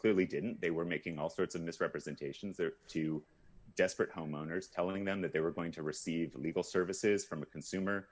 clearly didn't they were making all sorts of misrepresentations there to desperate homeowners telling them that they were going to receive legal services from a consumer